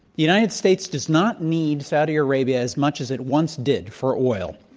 united states does not need saudi arabia as much as it once did for oil.